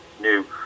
new